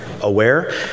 Aware